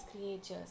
creatures